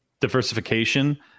diversification